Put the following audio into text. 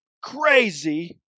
crazy